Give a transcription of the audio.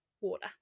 water